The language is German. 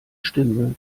stimme